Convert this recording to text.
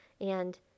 and